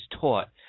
taught